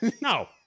No